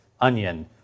onion